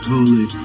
Holy